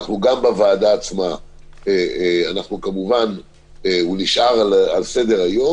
גם בוועדה עצמה כמובן הוא נשאר על סדר-היום.